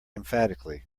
emphatically